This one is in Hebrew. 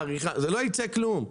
לא יצא כלום.